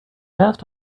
past